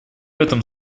этом